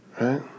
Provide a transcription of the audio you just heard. right